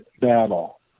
battle